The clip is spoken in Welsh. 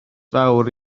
fawr